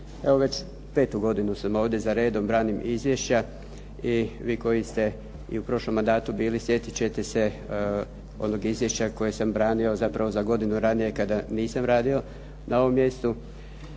Evo već 5. godinu sam ovdje za redom, branim izvješća i vi koji ste i u prošlom mandatu bili sjetiti ćete se onog izvješća koje sam branio, zapravo za godinu ranije kada nisam radio na ovom mjestu